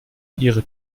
ihre